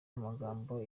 amagambo